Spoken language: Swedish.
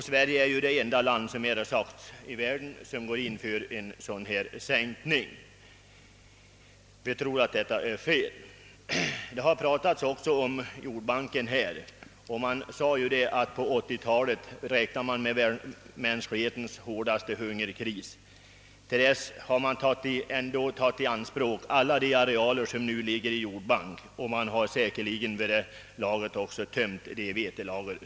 Sverige är, som tidigare påpekats, det enda land i världen som går in för en sänkning av livsmedelsproduktionen. Det har här talats om jordbanken och det har sagts att man räknar med att den värsta hungerkrisen i mänsklighetens historia skall inträffa på 1980 talet. Vid denna tidpunkt har alla de arealer som nu finns i jordbanken tagits i anspråk och även vetelagren har säkerligen då tömts.